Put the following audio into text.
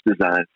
design